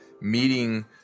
meeting